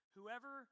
Whoever